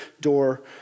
door